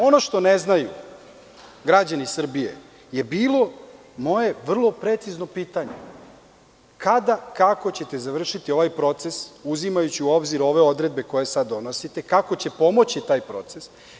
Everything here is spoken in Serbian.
Ono što ne znaju građani Srbije je bilo moje vrlo precizno pitanje – kada, kako ćete završiti ovaj proces, uzimajući u obzir ove odredbe koje sada donosite, kako će pomoći taj proces?